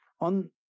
on